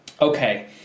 Okay